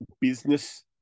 business